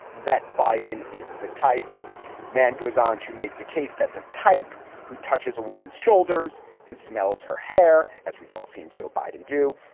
that biden is the type man goes on to make the case that the type who touches a woman's shoulders and smells her hair. as we've all seen joe biden do,